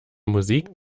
musik